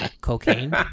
cocaine